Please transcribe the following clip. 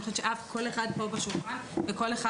אני חושבת שכל אחד בשולחן וכל אחד